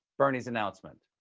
bernie's announcement?